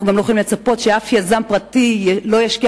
אנחנו לא יכולים לצפות שיקום יזם פרטי וישקיע